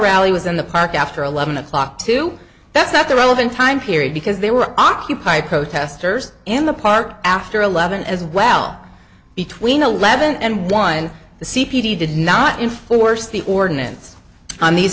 rally was in the park after eleven o'clock two that's not the relevant time period because they were occupy protesters in the park after eleven as well between eleven and one the c p t did not in force the ordinance on these